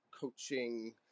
coaching